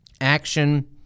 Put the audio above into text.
Action